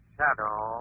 Shadow